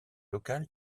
locale